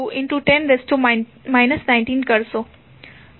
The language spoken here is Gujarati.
60210 19 કરશો